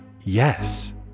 yes